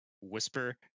whisper